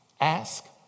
ask